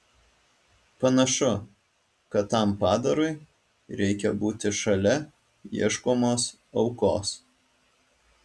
panašu kad tam padarui reikia būti šalia ieškomos aukos